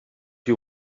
you